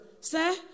Sir